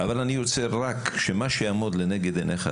אבל אני רוצה רק שמה שיעמוד לנגד עינייך,